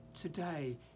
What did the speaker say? Today